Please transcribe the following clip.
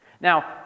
Now